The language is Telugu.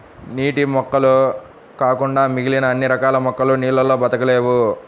నీటి మొక్కలు కాకుండా మిగిలిన అన్ని రకాల మొక్కలు నీళ్ళల్లో బ్రతకలేవు